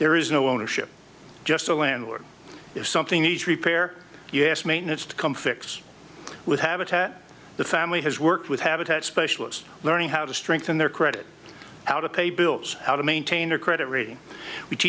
there is no ownership just a landlord if something needs repair yes maintenance to come fix with habitat the family has worked with habitat specialists learning how to strengthen their credit how to pay bills how to maintain a credit rating w